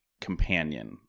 companion